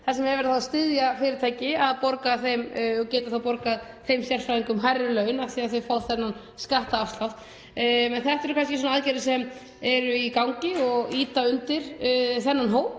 þar sem er verið að styðja fyrirtæki og þau geta þá borgað þeim sérfræðingum hærri laun af því að þau fá þennan skattafslátt. Þetta eru aðgerðir sem eru í gangi og ýta undir þennan hóp.